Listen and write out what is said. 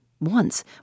Once